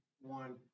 one